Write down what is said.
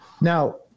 Now